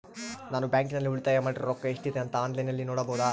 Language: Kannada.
ನಾನು ಬ್ಯಾಂಕಿನಲ್ಲಿ ಉಳಿತಾಯ ಮಾಡಿರೋ ರೊಕ್ಕ ಎಷ್ಟಿದೆ ಅಂತಾ ಆನ್ಲೈನಿನಲ್ಲಿ ನೋಡಬಹುದಾ?